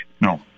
No